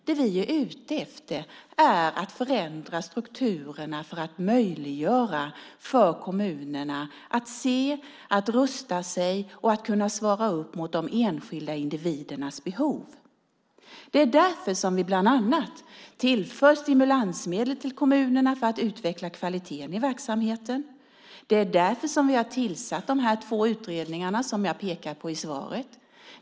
Det vi är ute efter är att förändra strukturerna för att möjliggöra för kommunerna att se, att rusta sig och att svara upp mot de enskilda individernas behov. Det är därför som vi bland annat tillför stimulansmedel till kommunerna för att utveckla kvaliteten i verksamheten. Det är därför som vi har tillsatt de här två utredningarna som jag pekar på i svaret.